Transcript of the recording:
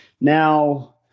now